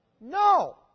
No